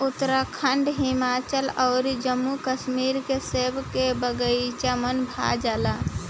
उत्तराखंड, हिमाचल अउर जम्मू कश्मीर के सेब के बगाइचा मन भा जाला